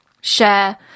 share